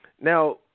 Now